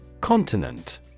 Continent